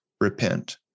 repent